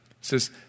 says